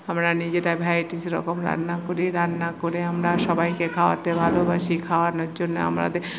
আমরা নিজেরা ভারাইটিস রকম রান্না করি রান্না করে আমরা সবাইকে খাওয়াতে ভালোবাসি খাওয়ানোর জন্য আমরাদের